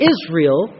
Israel